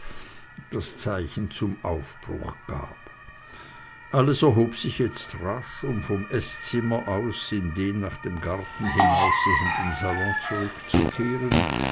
das zeichen zum aufbruch gab alles erhob sich jetzt rasch um vom eßzimmer aus in den nach dem garten hinaussehenden salon zurückzukehren